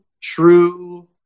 true